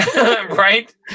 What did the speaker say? Right